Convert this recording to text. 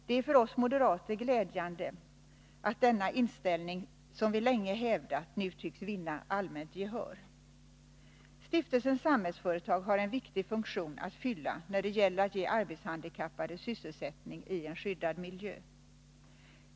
Det är för oss moderater glädjande att denna uppfattning, som vi länge hävdat, nu tycks vinna allmänt gehör. Stiftelsen Samhällsföretag har en viktig funktion att fylla när det gäller att ge arbetshandikappade sysselsättning i en skyddad miljö.